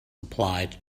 applied